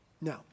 No